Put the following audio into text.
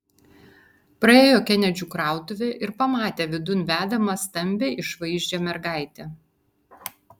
praėjo kenedžių krautuvę ir pamatė vidun vedamą stambią išvaizdžią mergaitę